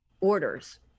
orders